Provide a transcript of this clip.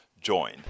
join